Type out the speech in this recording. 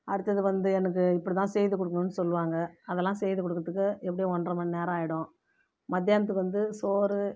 அடுத்தது வந்து எனக்கு இப்படிதான் செய்து கொடுக்கணும்னு சொல்வாங்க அதெலாம் செய்து கொடுக்குறதுக்கு எப்படியும் ஒன்றரை மணி நேரம் ஆகிடும் மத்தியானத்துக்கு வந்து சோறு